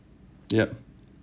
yup